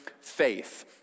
faith